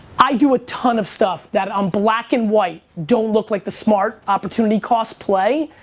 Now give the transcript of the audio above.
i do a ton of stuff that on black and white don't look like the smart opportunity cost play,